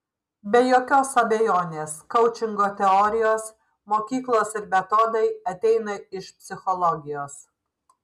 be jokios abejonės koučingo teorijos mokyklos ir metodai ateina iš psichologijos